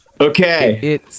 Okay